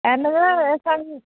एह नोङो एसां